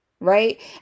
Right